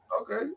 okay